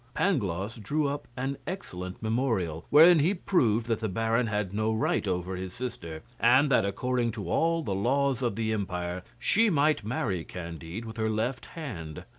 pangloss drew up an excellent memorial, wherein he proved that the baron had no right over his sister, and that according to all the laws of the empire, she might marry candide with her left hand.